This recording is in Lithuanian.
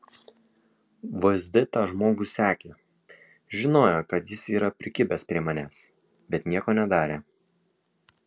vsd tą žmogų sekė žinojo kad jis yra prikibęs prie manęs bet nieko nedarė